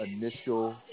initial